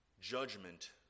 Judgment